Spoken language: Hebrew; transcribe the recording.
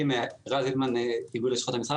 רז הילמן מאיגוד לשכות המסחר,